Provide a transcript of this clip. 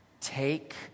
Take